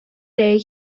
day